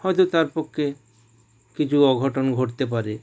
হয়তো তার পক্ষে কিছু অঘটন ঘটতে পারে